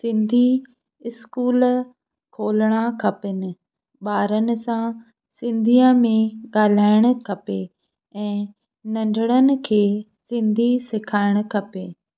Sindhi school खोलणा खपनि ॿारनि सां सिंधीअ में ॻाल्हाइणु खपे ऐं नंढणनि खे सिंधी सिखाइणु खपे